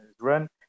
run